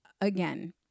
again